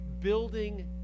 building